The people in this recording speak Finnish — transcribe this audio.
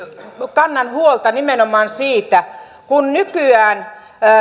kannan huolta nimenomaan siitä kun nykyään